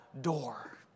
door